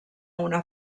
una